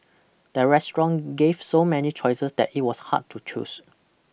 the restaurant gave so many choices that it was hard to choose